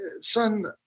son